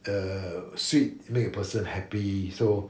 uh sweet make a person happy so